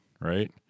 right